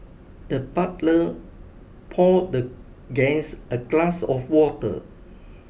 the butler poured the guest a glass of water